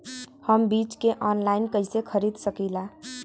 हम बीज के आनलाइन कइसे खरीद सकीला?